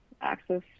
access